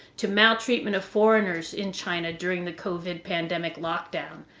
to maltreatment of foreigners in china during the covid pandemic lockdown.